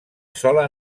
sola